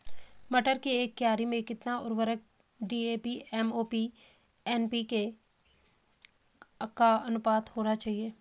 मटर की एक क्यारी में कितना उर्वरक डी.ए.पी एम.ओ.पी एन.पी.के का अनुपात होना चाहिए?